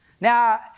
Now